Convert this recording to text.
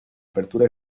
apertura